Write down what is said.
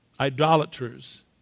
idolaters